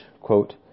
quote